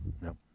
No